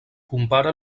compara